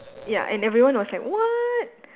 ya and everyone was like what